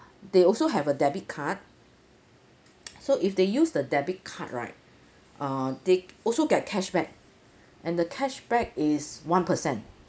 they also have a debit card so if they use the debit card right uh they also get cashback and the cashback is one percent